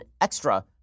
extra